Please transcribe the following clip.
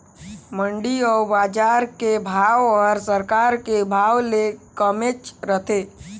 मंडी अउ बजार के भाव हर सरकार के भाव ले कमेच रथे